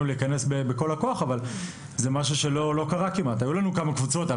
כדי להיכנס בכל הכוח אבל זה משהו שלא קרה כמעט.